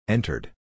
Entered